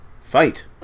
Fight